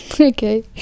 okay